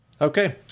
Okay